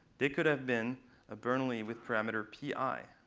they could have been a bernoulli with parameter p i.